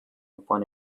upon